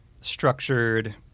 structured